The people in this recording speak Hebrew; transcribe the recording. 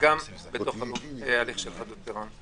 וגם בתוך הליך של חדלות פירעון.